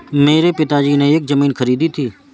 मेरे पिताजी ने एक जमीन खरीदी थी